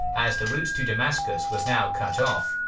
as the route to damascus was now cut off,